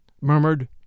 murmured